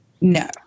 no